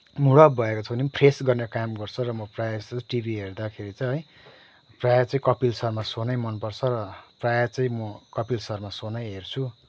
mood off भएको छ भने पनि फ्रेस गर्ने काम गर्छ र म प्रायः जस्तो टिभी हेर्दाखेरि चाहिँ है प्रायः चाहिँ कपिल शर्मा सो नै मनपर्छ र प्रायः चाहिँ म कपिल शर्मा सो नै हेर्छु